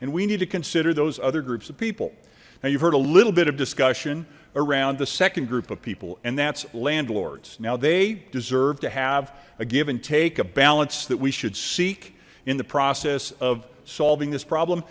and we need to consider those other groups of people now you've heard a little bit of discussion around the second group of people that's landlords now they deserve to have a give and take a balance that we should seek in the process of solving this problem